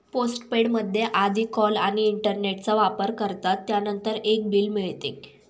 postpaid मध्ये आधी call आणि इंटरनेटचा वापर करतात, त्यानंतर एक बिल मिळते